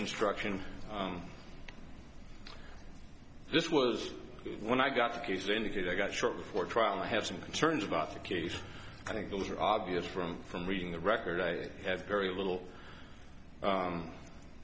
instruction this was when i got the case indicate i got short before trial i have some concerns about the case i think those are obvious from from reading the record i have very little